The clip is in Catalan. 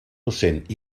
docent